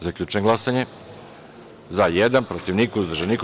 Zaključujem glasanje: za – dva, protiv – niko, uzdržan – niko.